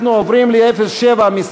אנחנו עוברים להצבעה על סעיף 07,